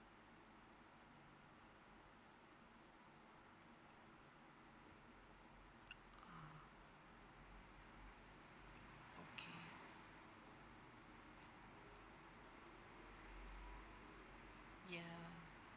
oh okay ya